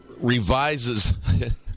revises